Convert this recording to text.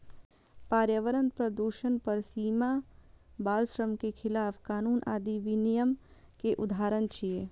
पर्यावरण प्रदूषण पर सीमा, बाल श्रम के खिलाफ कानून आदि विनियम के उदाहरण छियै